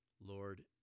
Lord